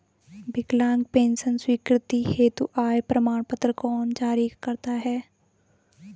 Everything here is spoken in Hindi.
विकलांग पेंशन स्वीकृति हेतु आय प्रमाण पत्र कौन जारी करता है?